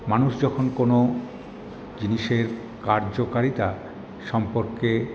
মানুষ যখন কোনো জিনিসের কার্যকারিতা সম্পর্কে